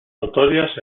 notorias